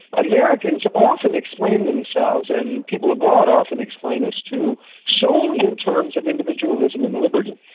americans often explain themselves and people abroad often explain us too solely in terms of individualism and liberty.